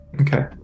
Okay